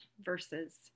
verses